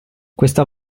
questa